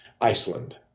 Iceland